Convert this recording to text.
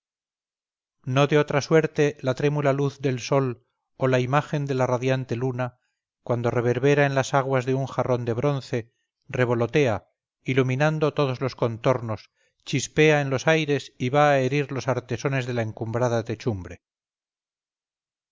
no de otra suerte la trémula luz del sol o la imagen de la radiante luna cuando reverbera en las aguas de un jarrón de bronce revolotea iluminando todos los contornos chispea en los aires y va a herir los artesones de la encumbrada techumbre